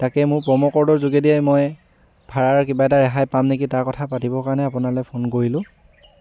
তাকে মোৰ প্ৰম' ক'ডৰ যোগেদিয়েই মই ভাড়াৰ কিবা এটা ৰেহাই পাম নেকি তাৰ কথা পাতিব কাৰণে আপোনালৈ ফোন কৰিলোঁ